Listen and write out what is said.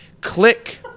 click